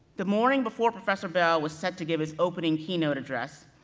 the morning before professor bell was set to give his opening keynote address,